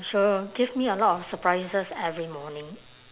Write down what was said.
she will give me a lot of surprises every morning